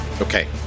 okay